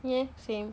ya same